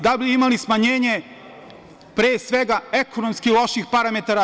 Da li bi imali smanjenje, pre svega, ekonomski loših parametara?